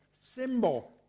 symbol